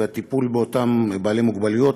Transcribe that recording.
והטיפול באותם בעלי מוגבלות,